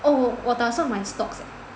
oh 我打算买 stocks